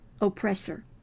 oppressor